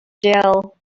jill